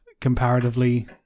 comparatively